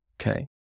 okay